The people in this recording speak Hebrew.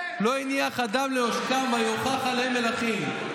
לא הניח אדם לעשקם ויוכח עליהם מלכים.